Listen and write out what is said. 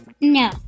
No